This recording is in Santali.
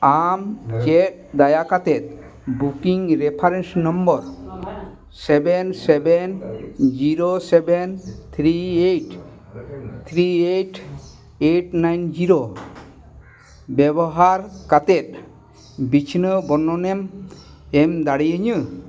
ᱟᱢ ᱪᱮᱫ ᱫᱟᱭᱟ ᱠᱟᱛᱮᱫ booking reference number seven seven zero seven three eight three eight eight nine zero ᱵᱮᱵᱚᱦᱟᱨ ᱠᱟᱛᱮᱫ ᱵᱤᱪᱷᱱᱟᱹᱣ ᱵᱚᱨᱱᱚᱱᱮᱢ ᱮᱢ ᱫᱟᱲᱮᱭᱟᱹᱧᱟ